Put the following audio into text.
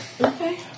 Okay